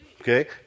Okay